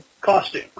costume